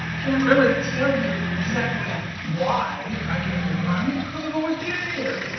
can't really tell you exactly why i came to new harmony because i've always been here.